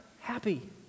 happy